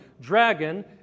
dragon